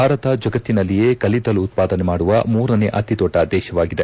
ಭಾರತ ಜಗತ್ತಿನಲ್ಲಿಯೇ ಕಲ್ಲಿದ್ದಲು ಉತ್ಪಾದನೆ ಮಾಡುವ ಮೂರನೇ ಅತಿದೊಡ್ಡ ದೇಶವಾಗಿದೆ